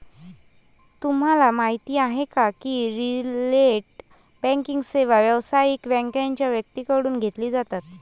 तुम्हाला माहिती आहे का की रिटेल बँकिंग सेवा व्यावसायिक बँकांच्या व्यक्तींकडून घेतली जातात